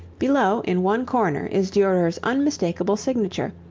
below, in one corner, is durer's unmistakable signature,